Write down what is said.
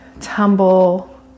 tumble